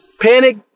Panic